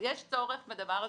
יש צורך בדבר הזה,